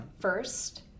first